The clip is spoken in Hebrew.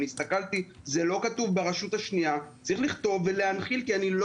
הסתכלתי וזה לא כתוב ברשות השנייה ולהנחיל כי אני לא